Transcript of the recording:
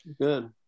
good